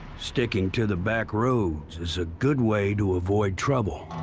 sticking to the back roads is a good way to avoid trouble.